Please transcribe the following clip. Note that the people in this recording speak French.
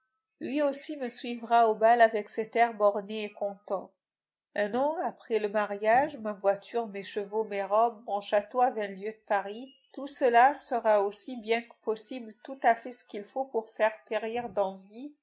lui aussi me suivra au bal avec cet air borné et content un an après le mariage ma voiture mes chevaux mes robes mon château à vingt lieues de paris tout cela sera aussi bien que possible tout à fait ce qu'il faut pour faire périr d'envie